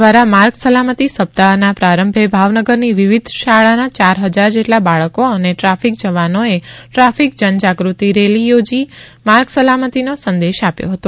દ્વારા માર્ગ સલામતી સપ્તાહના પ્રારંભે ભાવનગરની વિવિધ શાળાના યાર ફજાર જેટલા બાળકો અને ટ્રાફિક જવાનોએ ટ્રાફિક જનજાગૃત્તિ રેલી ચોજી માર્ગ સલામતીનો સંદેશ આપ્યો હતો